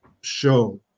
show